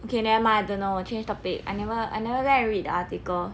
okay never mind I don't know 我 change topic I never I never go and read the article